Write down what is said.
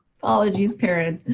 apologies parend.